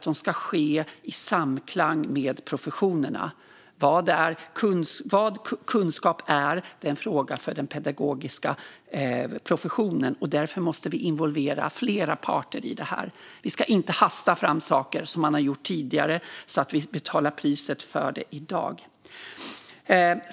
Det ska ske i samklang med professionerna. "Vad är kunskap?" är en fråga för den pedagogiska professionen. Därför måste vi involvera flera parter i det här. Vi ska inte hasta fram saker. Det har man gjort tidigare, och vi betalar priset för det i dag.